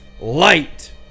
light